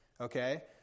okay